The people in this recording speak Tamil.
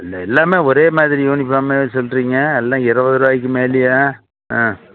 எல்லாமே ஒரே மாதிரி யூனிஃபார்மாகவே சொல்கிறீங்க எல்லாம் இருபது ரூபாய்க்கு மேலேயா ஆ